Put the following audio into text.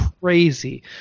crazy